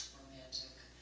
romantic.